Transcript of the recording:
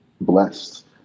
blessed